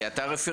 כי אתה רפרנט,